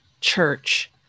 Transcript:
Church